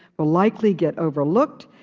but likely get overlooked.